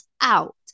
out